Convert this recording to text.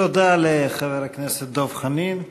תודה לחבר הכנסת דב חנין.